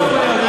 על כל פנים,